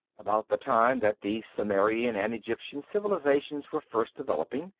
about the time that the sumerian and egyptian civilizations were first developing,